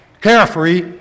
carefree